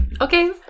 Okay